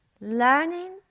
learning